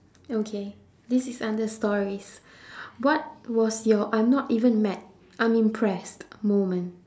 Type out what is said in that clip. okay this is under stories what was your I'm not even mad I'm impressed moment